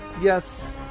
Yes